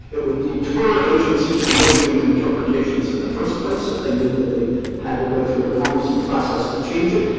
it would deter agencies from issuing interpretations in the first place if they knew that they had to go through a cumbersome process to change it.